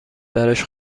براش